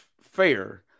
fair